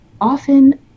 often